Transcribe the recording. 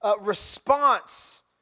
response